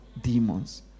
demons